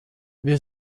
wir